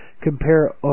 Compare